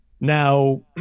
Now